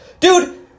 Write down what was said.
Dude